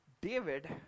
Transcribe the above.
David